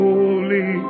Holy